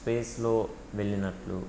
స్పేస్లో వెళ్ళినట్లు